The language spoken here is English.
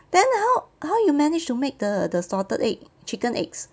then how how you manage to make the the salted egg chicken eggs